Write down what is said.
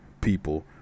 people